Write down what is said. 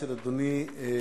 אדוני היושב-ראש,